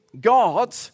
God